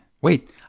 Wait